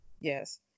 Yes